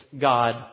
God